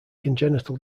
congenital